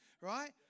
Right